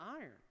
iron